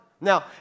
Now